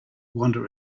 wander